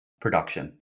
production